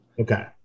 Okay